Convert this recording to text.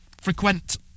frequent